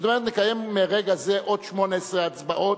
זאת אומרת, נקיים מרגע זה עוד 18 הצבעות.